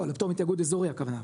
לא לפתור מתיאגוד אזורי הכוונה,